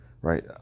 right